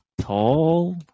tall